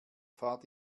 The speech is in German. fahrt